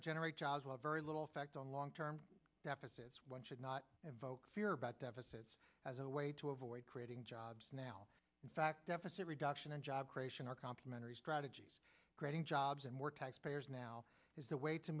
to generate jobs while very little effect on long term deficits one should not invoke fear about deficits as a way to avoid creating jobs now in fact deficit reduction and job creation are complementary strategies creating jobs and more tax payers now is the way to